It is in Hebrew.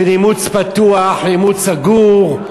בין אימוץ פתוח לאימוץ סגור.